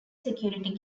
security